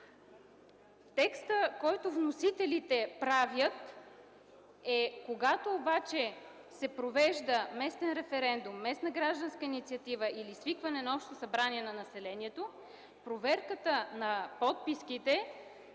Текстът, който вносителите предлагат, е: когато обаче се провежда местен референдум, местна гражданска инициатива или свикване на общо събрание на населението, проверката на подписките,